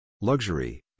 Luxury